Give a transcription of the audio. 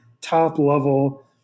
top-level